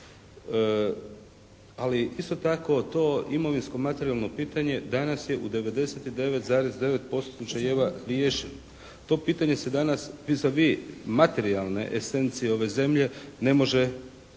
Ali isto tako to imovinsko materijalno pitanje danas je u 99,9% slučajeva riješen. To pitanje se danas vis a vis materijalne esencije ove zemlje ne može otvoriti.